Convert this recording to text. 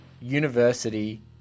university